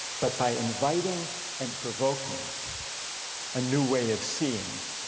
but by inviting and provoking a new way of seeing